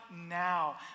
now